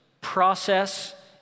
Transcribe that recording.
process